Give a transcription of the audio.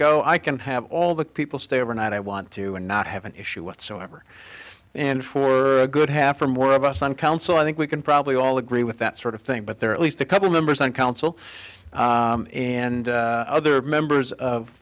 go i can have all the people stay overnight i want to and not have an issue whatsoever and for a good half or more of us on council i think we can probably all agree with that sort of thing but there are at least a couple members on council and other members of